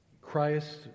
Christ